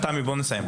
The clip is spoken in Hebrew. תמי, בואי נסיים.